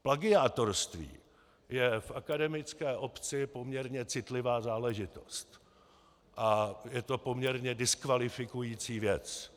Plagiátorství je v akademické obci poměrně citlivá záležitost a je to poměrně diskvalifikující věc.